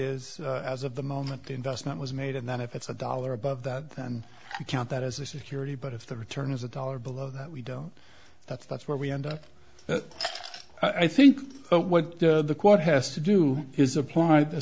is as of the moment the investment was made and then if it's a dollar above that and you count that as a security but if the return is a dollar below that we don't that's that's where we end up but i think what the court has to do is apply